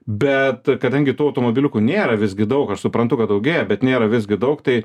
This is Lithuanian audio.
bet kadangi tų automobiliukų nėra visgi daug aš suprantu kad daugėja bet nėra visgi daug tai